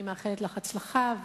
אני מאחלת לך הצלחה,